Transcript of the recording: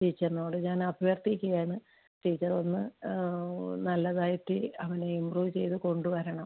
ടീച്ചർനോട് ഞാൻ അഭ്യർത്ഥിക്കയാണ് ടീച്ചറൊന്ന് നല്ലതായിട്ട് അവനെ ഇമ്പ്രൂവ് ചെയ്ത് കൊണ്ട് വരണം